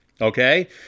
okay